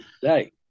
today